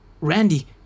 Randy